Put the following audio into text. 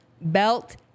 belt